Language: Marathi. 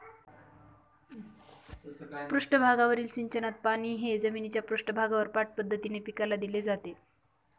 पृष्ठभागावरील सिंचनात पाणी हे जमिनीच्या पृष्ठभागावर पाठ पद्धतीने पिकाला दिले जाते